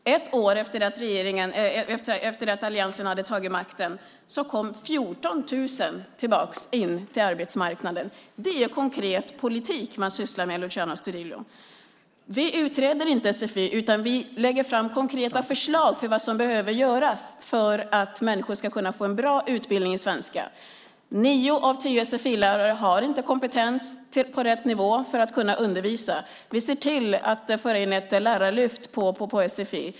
Ett år efter det att alliansen hade tagit makten kom 14 000 tillbaka in på arbetsmarknaden. Det är konkret politik man sysslar med, Luciano Astudillo. Vi utreder inte sfi. Vi lägger fram konkreta förslag om vad som behöver göras för att människor ska få en bra utbildning i svenska. Nio av tio sfi-lärare har inte kompetens på rätt nivå för att kunna undervisa. Vi ser till att föra in ett lärarlyft på sfi.